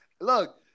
Look